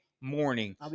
morning